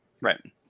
Right